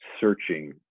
searching